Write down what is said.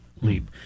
leap